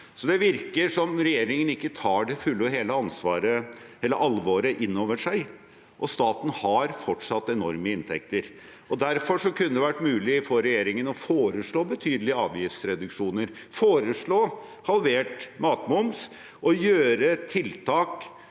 Det virker som om regjeringen ikke tar det fulle og hele alvoret inn over seg. Staten har fortsatt enorme inntekter, og derfor kunne det vært mulig for regjeringen å foreslå betydelige avgiftsreduksjoner, foreslå halvert matmoms og gjøre tiltak